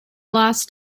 last